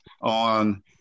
on